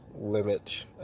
limit